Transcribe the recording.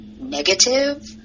negative